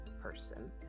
person